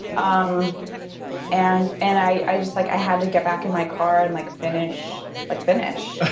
um and and i i just like i had to get back in my car and like finish like finish.